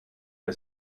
der